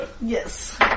Yes